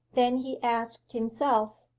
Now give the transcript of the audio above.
then he asked himself,